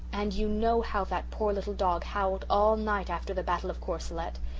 and you know how that poor little dog howled all night after the battle of courcelette.